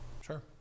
Sure